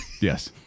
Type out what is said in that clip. Yes